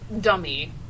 dummy